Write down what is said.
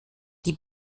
die